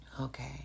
Okay